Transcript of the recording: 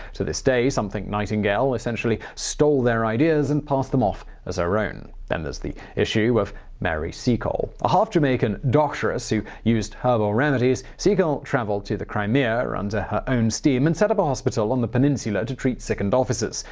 to this day, some think nightingale effectively stole their ideas and passed them off as her own. then there's the issue of mary seacole. a half-jamaican doctress who used herbal remedies, seacole traveled to the crimea under her own steam and set up a hospital on the peninsula to treat sickened officers.